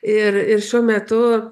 ir ir šiuo metu